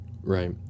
Right